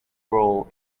brawl